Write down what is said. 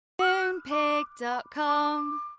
Moonpig.com